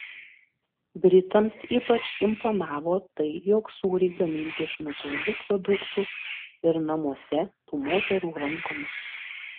britams ypač imponavo tai jog sūriai gaminti iš natūralių produktų ir namuose tų moterų rankomis